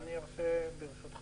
אני אסביר.